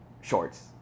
shorts